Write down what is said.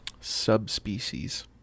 Subspecies